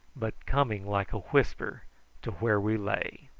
but coming like a whisper to where we lay.